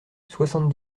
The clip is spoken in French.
soixante